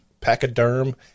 pachyderm